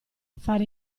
fare